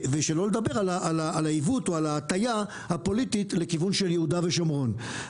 שלא לדבר על העיוות או על ההטיה הפוליטית לכיוון של יהודה ושומרון.